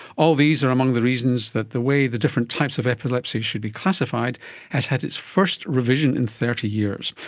all these are among the reasons that the way the different types of epilepsy should be classified has had its first revision in thirty years.